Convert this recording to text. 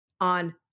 on